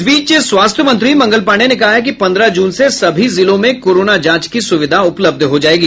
इस बीच स्वास्थ्य मंत्री मंगल पाण्डेय ने कहा है कि पंद्रह जून से सभी जिलों में कोरोना जांच की सुविधा उपलब्ध हो जायेगी